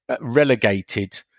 relegated